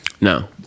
No